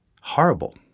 horrible